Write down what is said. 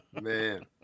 Man